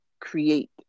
create